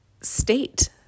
state